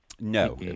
No